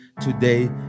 today